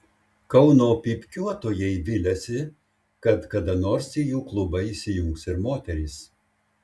kauno pypkiuotojai viliasi kad kada nors į jų klubą įsijungs ir moterys